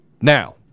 now